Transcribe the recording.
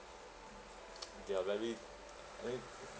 they are very great